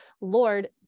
Lord